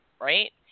right